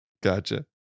Gotcha